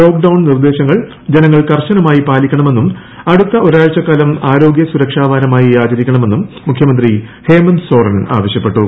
lock down നിർദ്ദേശങ്ങൾ പാലിക്കണമെന്നും അടുത്ത ഒരിഴ്ച് കാലം ആരോഗ്യ സുരക്ഷാ വാരമായി ആചരിക്കണമെണ്ണൂർ മുഖ്യമന്ത്രി ഹേമന്ത് സോറൻ ആവശ്യപ്പെട്ടു